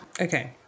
Okay